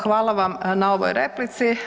Hvala vam na ovoj replici.